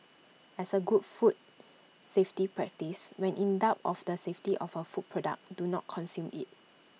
as A good food safety practice when in doubt of the safety of A food product do not consume IT